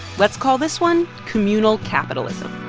let's call this one communal capitalism